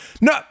No